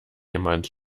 jemand